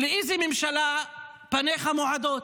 לאיזו ממשלה פניך מועדות?